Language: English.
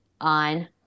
on